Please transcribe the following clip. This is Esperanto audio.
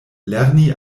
lerni